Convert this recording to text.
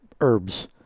herbs